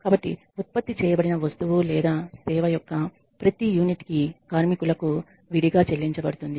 కాబట్టి ఉత్పత్తి చేయబడిన వస్తువు లేదా సేవ యొక్క ప్రతి యూనిట్ కి కార్మికులకు విడిగా చెల్లించబడుతుంది